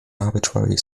arbitrary